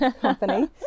company